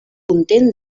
content